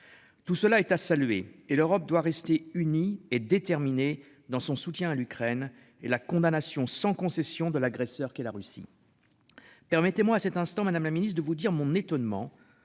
Tout cela est à saluer, et l'Europe doit rester unie et déterminée dans son soutien à l'Ukraine et la condamnation sans concession de l'agresseur qui est la Russie. Permettez-moi, à cet instant Madame la Ministre, de vous dire mon étonnement